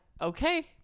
okay